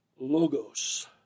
logos